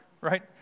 right